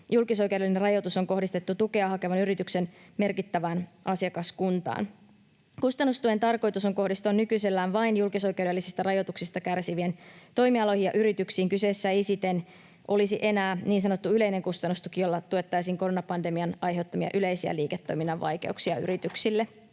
julkisoikeudellinen rajoitus on kohdistettu tukea hakevan yrityksen merkittävään asiakaskuntaan. Kustannustuen tarkoitus on kohdistua nykyisellään vain julkisoikeudellisista rajoituksista kärsiviin toimialoihin ja yrityksiin. Kyseessä ei siten olisi enää niin sanottu yleinen kustannustuki, jolla tuettaisiin koronapandemian aiheuttamia yleisiä liiketoiminnan vaikeuksia yrityksille.